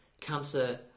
cancer